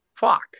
Fuck